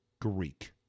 Greek